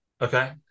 Okay